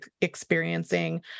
experiencing